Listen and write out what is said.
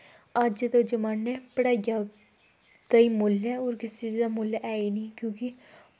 अज्ज दे जमान्नै पढ़ाइयै दा गै मुल्ल ऐ होर किसै दा मुल्ल है गै निं क्योंकि